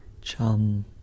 chum